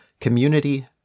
community